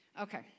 Okay